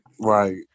Right